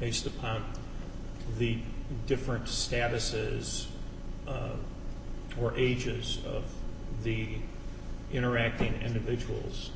based upon the different statuses or ages of the interacting individuals